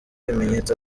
ibimenyetso